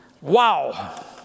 Wow